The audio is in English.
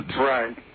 Right